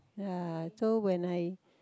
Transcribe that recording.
ya so when I